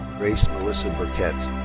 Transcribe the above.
grace melissa burkett.